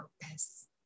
purpose